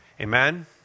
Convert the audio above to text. amen